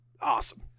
Awesome